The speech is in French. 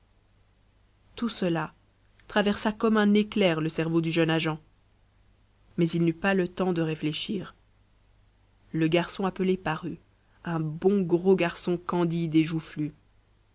tout cela traversa comme un éclair le cerveau du jeune agent mais il n'eut pas le temps de réfléchir le garçon appelé parut un bon gros garçon candide et joufflu